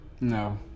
No